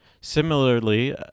Similarly